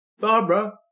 Barbara